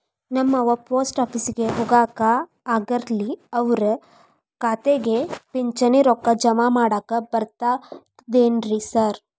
ನಮ್ ಅವ್ವ ಪೋಸ್ಟ್ ಆಫೇಸಿಗೆ ಹೋಗಾಕ ಆಗಲ್ರಿ ಅವ್ರ್ ಖಾತೆಗೆ ಪಿಂಚಣಿ ರೊಕ್ಕ ಜಮಾ ಮಾಡಾಕ ಬರ್ತಾದೇನ್ರಿ ಸಾರ್?